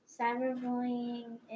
Cyberbullying